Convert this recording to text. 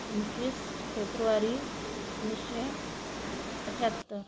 पंचवीस फेब्रुवारी एकोणीसशे अठ्ठ्याहत्तर